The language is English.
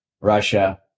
Russia